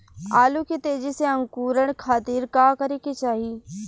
आलू के तेजी से अंकूरण खातीर का करे के चाही?